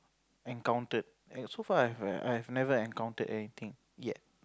encountered so far I've I've never encounted yet